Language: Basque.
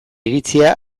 iritzia